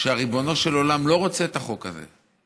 שריבונו של עולם לא רוצה את החוק הזה?